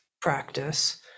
practice